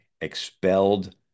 expelled